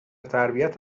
تربیت